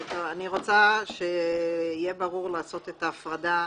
אני רוצה שיהיה ברור לעשות את ההפרדה.